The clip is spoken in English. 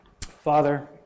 Father